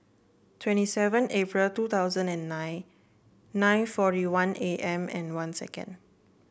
twenty seven April two thousand and nine nine forty one A M one second